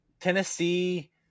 Tennessee